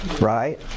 right